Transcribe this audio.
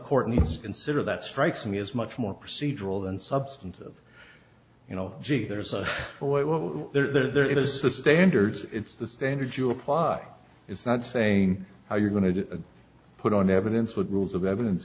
court needs consider that strikes me as much more procedural than substantive you know gee there's a way well there's the standards it's the standard you apply it's not saying how you're going to put on evidence what rules of evidence